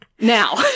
Now